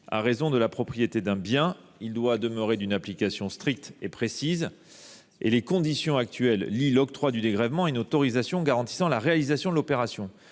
à raison de la propriété d’un bien. Il doit demeurer d’une application stricte et précise. Les règles en vigueur lient l’octroi du dégrèvement à une autorisation garantissant la réalisation de l’opération.